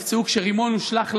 כשרימון הושלך למליאה.